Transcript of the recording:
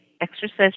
exercise